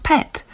Pet